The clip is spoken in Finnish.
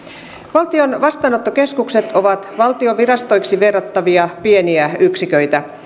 valtion vastaanottokeskukset ovat valtion virastoiksi verrattain pieniä yksiköitä